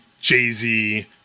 Jay-Z